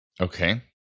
Okay